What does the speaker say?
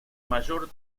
mayor